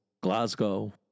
Glasgow